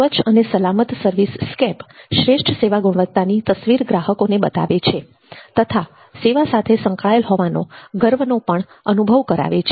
સ્વચ્છ અને સલામત સર્વિસ સ્કેપ શ્રેષ્ઠ સેવા ગુણવત્તાની તસવીર ગ્રાહકોને બતાવે છે તથા સેવા સાથે સંકળાયેલ હોવાનો ગર્વનો અનુભવ પણ કરાવે છે